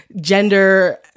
gender